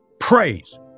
Praise